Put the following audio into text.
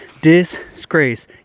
disgrace